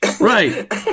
Right